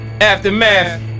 aftermath